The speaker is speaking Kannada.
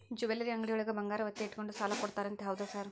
ಜ್ಯುವೆಲರಿ ಅಂಗಡಿಯೊಳಗ ಬಂಗಾರ ಒತ್ತೆ ಇಟ್ಕೊಂಡು ಸಾಲ ಕೊಡ್ತಾರಂತೆ ಹೌದಾ ಸರ್?